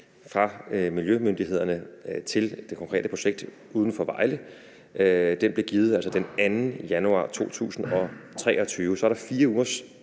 fra miljømyndighederne til det konkrete projekt uden for Vejle, blev givet den 2. januar 2023. Så er der 4 ugers